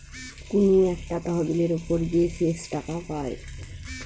কুনু একটা তহবিলের উপর যে শেষ টাকা পায়